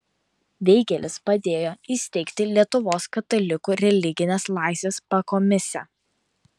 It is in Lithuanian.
veigelis padėjo įsteigti lietuvos katalikų religinės laisvės pakomisę